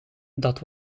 dat